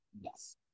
yes